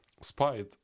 spied